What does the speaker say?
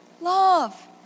love